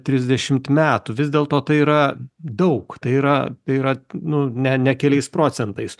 trisdešimt metų vis dėlto tai yra daug tai yra tai yra nu ne ne keliais procentais